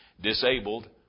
disabled